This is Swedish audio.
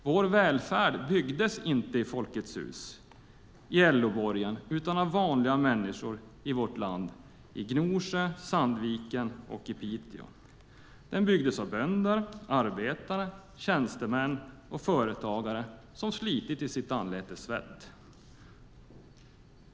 Vår välfärd byggdes inte i Folkets Hus eller i LO-borgen utan av vanliga människor i vårt land - i Gnosjö, i Sandviken och i Piteå. Välfärden byggdes av bönder, arbetare, tjänstemän och företagare som slitit i sitt anletes svett.